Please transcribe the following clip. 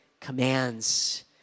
commands